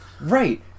Right